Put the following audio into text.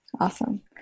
Awesome